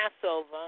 Passover